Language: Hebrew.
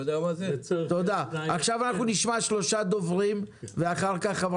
יהיה קשה שתצליחי להשיב